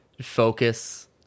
focus